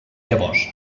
llavors